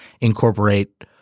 incorporate